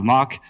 Mark